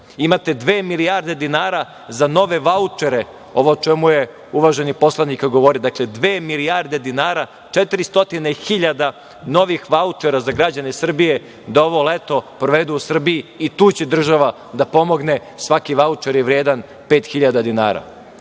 Imate dve milijarde dinara za nove vaučere, ovo o čemu je uvaženi poslanik govorio, dve milijarde dinara, 400 hiljada novih vaučera za građane Srbije, da ovo leto provedu u Srbiji. I tu će država da pomogne. Svaki vaučer je vredan 5.000 dinara. Ja